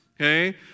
okay